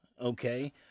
okay